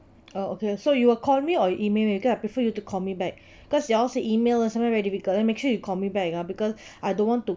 uh okay so you will call me or email me because I prefer you to call me back cause you all say email or somewhere very difficult like make sure you call me back ah because I don't want to